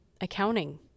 accounting